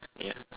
ya